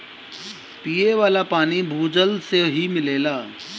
पिये वाला पानी भूजल से ही मिलेला